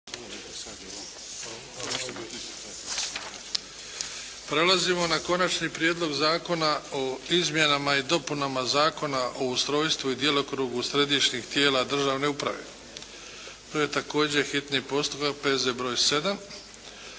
Prelazimo na 7. Prijedlog zakona o izmjenama i dopunama Zakona o ustrojstvu i djelokrugu središnjih tijela državne uprave, s Konačnim prijedlogom zakona, hitni postupak, prvo i